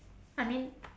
I mean